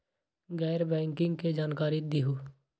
गैर बैंकिंग के जानकारी दिहूँ?